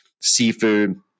seafood